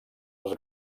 els